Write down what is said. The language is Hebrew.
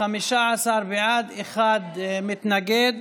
15 בעד, אחד מתנגד.